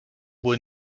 wohl